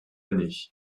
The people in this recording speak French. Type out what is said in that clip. année